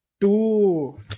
Two